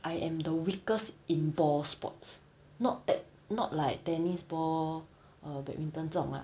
I am the weakest in ball sports not at not like tennis ball badminton 这种 lah